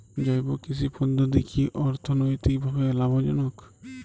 জৈব কৃষি পদ্ধতি কি অর্থনৈতিকভাবে লাভজনক?